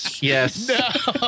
Yes